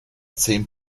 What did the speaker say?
zehn